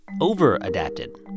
over-adapted